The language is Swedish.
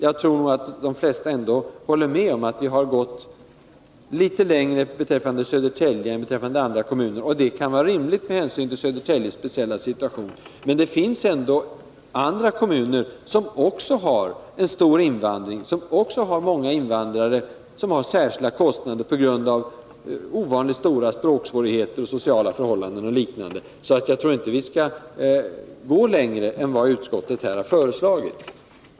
Jag tror att de flesta håller med om att vi har gått litet längre beträffande Södertälje än beträffande andra kommuner och att det kan vara rimligt med hänsyn till Södertäljes speciella situation. Men det finns ändå andra kommuner som också har stor invandring och alltså många invandrare och som har särskilda kostnader på grund av ovanligt stora språksvårigheter, sociala förhållanden och liknande. Vi skall nu inte gå längre än utskottet här har föreslagit.